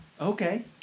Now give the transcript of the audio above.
Okay